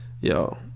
Yo